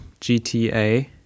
GTA